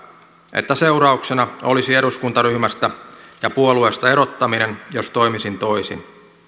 että seurauksena olisi eduskuntaryhmästä ja puolueesta erottaminen jos toimisin toisin